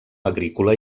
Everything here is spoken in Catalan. agrícola